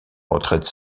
retraite